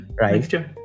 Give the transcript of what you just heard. right